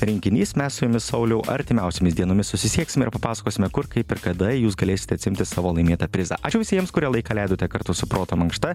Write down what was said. rinkinys mes su jumis sauliau artimiausiomis dienomis susisieksime ir papasakosime kur kaip ir kada jūs galėsite atsiimti savo laimėtą prizą ačiū visiems kurie laiką leidote kartu su proto mankšta